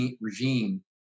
regime